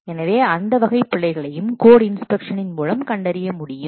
எனவே அந்த வகை பிழைகளையும் கோட் இன்ஸ்பெக்ஷன் மூலம் கண்டறிய முடியும்